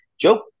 Joe